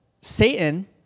Satan